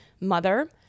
mother